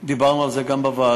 דיברנו על זה גם בוועדה.